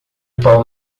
pau